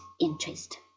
interest